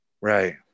right